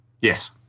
Yes